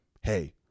hey